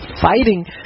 fighting